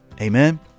Amen